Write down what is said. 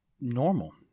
normal